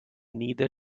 neither